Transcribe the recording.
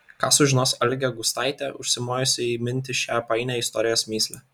ką sužinos algė gustaitė užsimojusi įminti šią painią istorijos mįslę